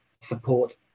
support